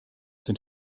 sind